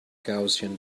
gaussian